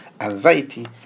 Anxiety